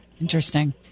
interesting